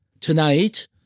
Tonight